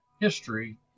history